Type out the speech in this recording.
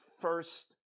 first